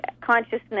consciousness